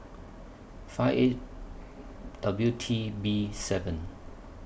five eight W T B seven